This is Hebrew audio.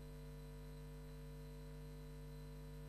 הישיבה הישיבה ננעלה